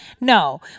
no